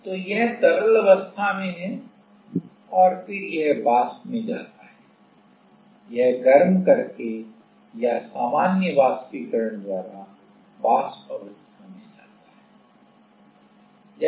तो यह तरल अवस्था में है और फिर यह वाष्प में जाता है यह गर्म करके या सामान्य वाष्पीकरण द्वारा वाष्प अवस्था में जाता है